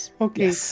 Okay